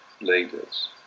leaders